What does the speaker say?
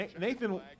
nathan